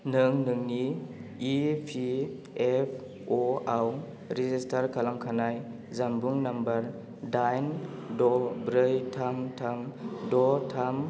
नों नोंनि E P F अ आव रेजिस्टार खालामखानाय जानबुं नाम्बार दाइन द ब्रै थाम थाम द थाम